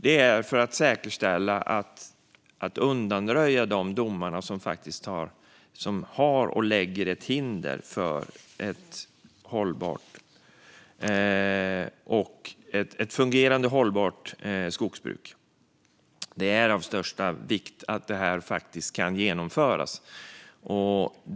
Det är för att undanröja de domar som utgör hinder för ett fungerande och hållbart skogsbruk. Det är av största vikt att det här kan genomföras.